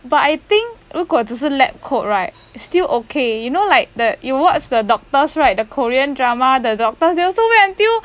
but I think 如果只是 lab coat right still okay you know like the you watch the doctors right the korean drama the doctors they also wear until